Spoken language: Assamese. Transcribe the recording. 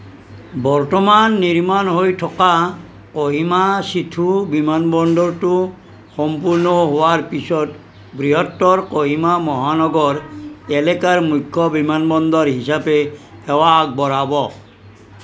বৰ্তমান নিৰ্মাণ হৈ থকা কহিমা চিথু বিমানবন্দৰটো সম্পূৰ্ণ হোৱাৰ পিছত বৃহত্তৰ কহিমা মহানগৰ এলেকাৰ মুখ্য বিমানবন্দৰ হিচাপে সেৱা আগবঢ়াব